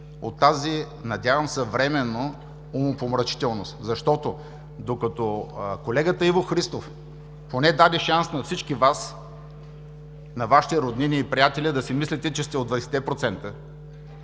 от тази, надявам се, временна умопомрачителност. Защото, докато колегата Иво Христов поне даде шанс на всички Вас, на Вашите роднини и приятели да си мислите, че сте от 20-те